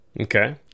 Okay